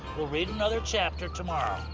we'll read another chapter tomorrow.